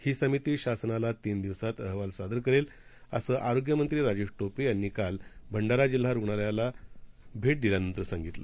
हीसमितीशासनालातीनदिवसातअहवालसादरकरेल असंआरोग्यमंत्रीराजेशटोपेयांनीकालभंडाराजिल्हारुग्णालयालाभेटदिल्यानंतरसांगितलं